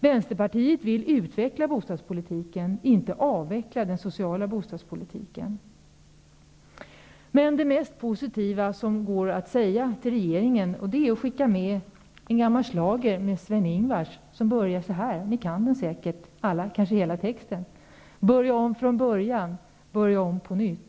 Vänsterpartiet vill utveckla den sociala bostadspolitiken, inte avveckla den. Det mest positiva som går att säga till regeringen är att skicka med en gammal schlager med Sven Ingvars som ni säkert kan och som börjar på följande sätt: Börja om från början, börja om på nytt.